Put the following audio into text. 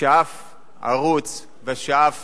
ושאף ערוץ ושאף